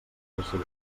gustos